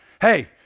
Hey